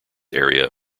area